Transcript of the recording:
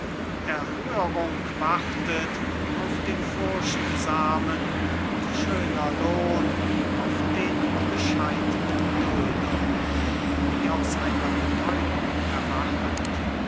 erhörung wartet auf den furchtsamen und schöner lohn auf den bescheidnen dulder wie aus einer betäubung erwachend